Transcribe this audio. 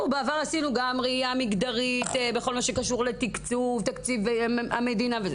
בעבר עשינו גם ראייה מגדרית אבל בכל מה שקשור לתקציב המדינה וכולי.